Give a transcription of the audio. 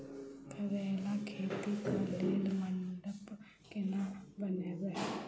करेला खेती कऽ लेल मंडप केना बनैबे?